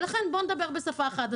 לכן בואו נדבר בשפה אחת.